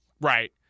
Right